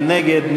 מי נגד?